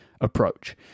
approach